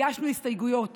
הגשנו הסתייגויות